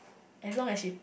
as long as she